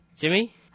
Jimmy